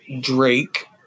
Drake